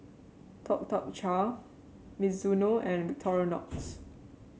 Tuk Tuk Cha Mizuno and Victorinox